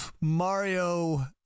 Mario